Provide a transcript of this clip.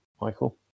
Michael